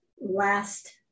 last